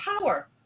power